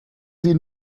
sie